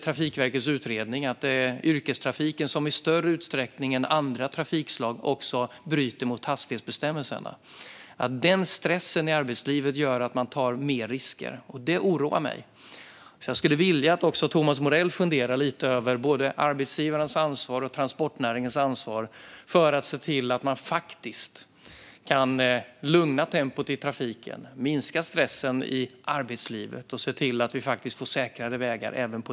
Trafikverkets utredning visar ju att det är yrkestrafiken som i större utsträckning än andra trafikslag bryter mot hastighetsbestämmelserna. Stressen i arbetslivet gör att man tar större risker, vilket oroar mig. Jag skulle vilja att även Thomas Morell funderade lite över både arbetsgivarens och transportnäringens ansvar att lugna tempot i trafiken och minska stressen i arbetslivet för att se till att vi även på detta sätt får säkrare vägar.